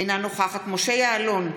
אינה נוכחת משה יעלון,